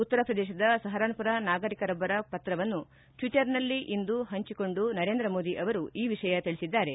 ಉತ್ತರ ಪ್ರದೇಶದ ಸಹರಾನ್ಮರ ನಾಗರಿಕರೊಬ್ಬರ ಪತ್ರವನ್ನು ಟ್ವಿಟರ್ನಲ್ಲಿ ಇಂದು ಪಂಚಿಕೊಂಡು ನರೇಂದ್ರ ಮೋದಿ ಅವರು ಈ ವಿಷಯ ತಿಳಿಸಿದ್ದಾರೆ